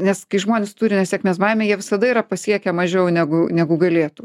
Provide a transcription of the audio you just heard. nes kai žmonės turi nesėkmės baimę jie visada yra pasiekę mažiau negu negu galėtų